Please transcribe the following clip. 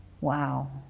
Wow